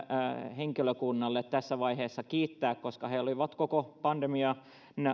henkilökuntaa tässä vaiheessa kiittää koska he olivat koko pandemian